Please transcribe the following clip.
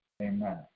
Amen